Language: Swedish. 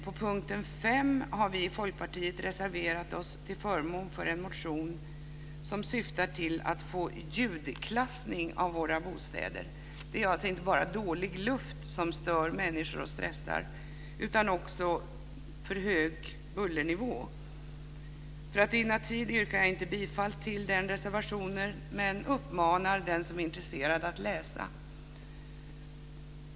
På punkten 5 har vi i Folkpartiet reserverat oss till förmån för en motion som syftar till att vi ska få ljudklassning av våra bostäder. Det är alltså inte bara dålig luft som stör och stressar människor utan också för hög bullernivå. För att vinna tid yrkar jag inte bifall till den reservationen, men jag uppmanar den som är intresserad att läsa.